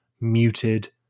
muted